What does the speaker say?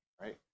right